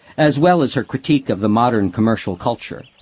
as well as her critique of the modern commercial culture.